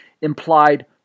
implied